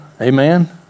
Amen